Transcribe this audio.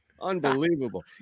Unbelievable